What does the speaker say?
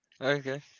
Okay